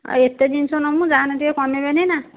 ଆଉ ଏତେ ଜିନିଷ ନମୁଁ ଯାହାହେଲେ ଟିକେ କମାଇବେନି ନା